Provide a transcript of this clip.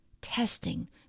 testing